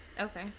Okay